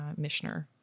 Mishner